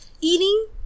eating